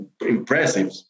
impressive